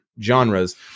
genres